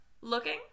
Looking